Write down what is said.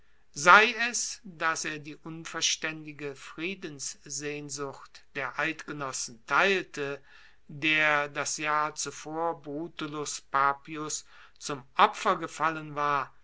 sei es dass er die unverstaendige friedenssehnsucht der eidgenossen teilte der das jahr zuvor brutulus papius zum opfer gefallen war